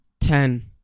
Ten